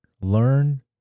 Learn